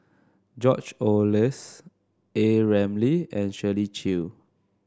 George Oehlers A Ramli and Shirley Chew